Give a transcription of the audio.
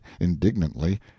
indignantly